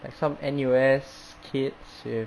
like some N_U_S kids with